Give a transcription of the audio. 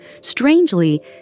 Strangely